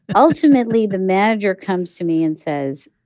ultimately, the manager comes to me and says,